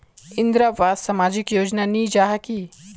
इंदरावास सामाजिक योजना नी जाहा की?